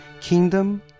Kingdom